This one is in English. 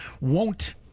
won't-